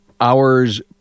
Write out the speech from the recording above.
hours